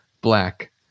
black